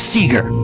Seeger